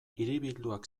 hiribilduak